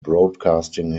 broadcasting